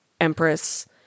Empress